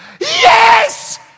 Yes